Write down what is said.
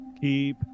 Keep